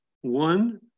One